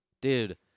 Dude